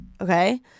okay